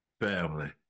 Family